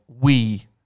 we-